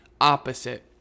opposite